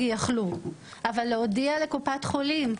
אבל מה עם להודיע לקופת חולים?